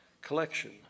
collection